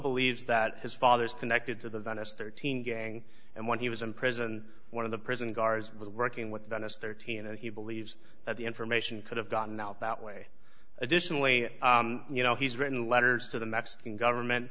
believes that his father is connected to the venice thirteen gang and when he was in prison one of the prison guards was working with the us thirteen and he believes that the information could have gotten out that way additionally you know he's written letters to the mexican government